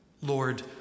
Lord